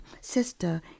sister